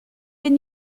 une